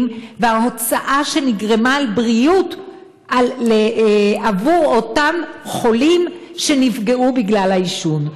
וההוצאה על בריאות שנגרמה לאותם חולים שנפגעו בגלל העישון.